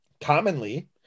commonly